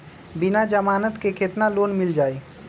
बिना जमानत के केतना लोन मिल जाइ?